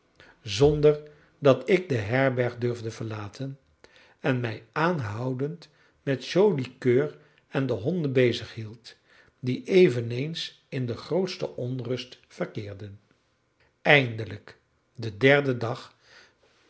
zonder dat ik de herberg durfde verlaten en mij aanhoudend met joli coeur en de honden bezighield die eveneens in de grootste onrust verkeerden eindelijk den derden dag